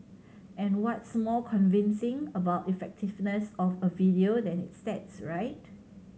and what's more convincing about effectiveness of a video than its stats right